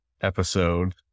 episode